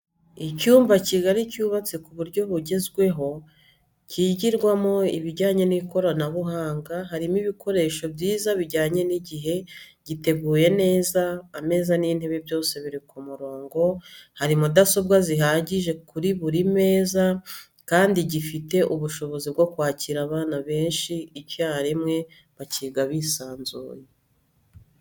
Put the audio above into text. Icyumba kigari cyubatse ku buryo bwugezweho kigirwamo ibijyanye n'ikoranabuhanga, harimo ibikoresho byiza bijyanye n'igihe, giteguye neza, ameza n'intebe byose biri ku murongo, hari mudasobwa zihagije kuri buri meza kandi gifite ubushobozi bwo kwakira abana benshi icyarimwe bakiga bisanzuye.